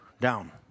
down